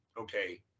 Okay